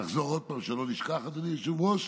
נחזור עוד פעם, שלא נשכח, אדוני היושב-ראש: